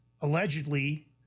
allegedly